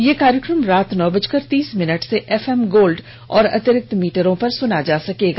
यह कार्यक्रम रात नौ बजकर तीस मिनट से एफएम गोल्ड और अतिरिक्त मीटरों पर सुना जा सकता है